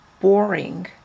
boring